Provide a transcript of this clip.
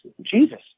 Jesus